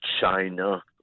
China